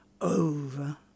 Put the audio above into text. over